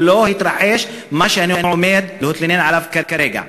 לא התרחש מה שאני עומד להתלונן עליו כרגע.